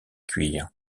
cuire